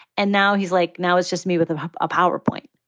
and now he's like, now it's just me with um a powerpoint,